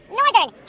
northern